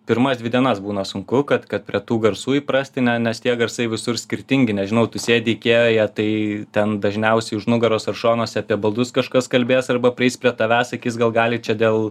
pirmas dvi dienas būna sunku kad kad prie tų garsų įprasti ne nes tie garsai visur skirtingi nežinau tu sėdi ikėjoje tai ten dažniausiai už nugaros ar šonuose apie baldus kažkas kalbės arba prieis prie tavęs sakis gal galit čia dėl